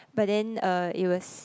but then uh it was